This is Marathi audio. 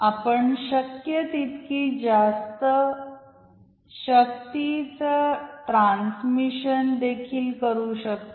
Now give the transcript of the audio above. आपण शक्य तितकी जास्त शक्तीच ट्रान्समिशन देखील करु शकतो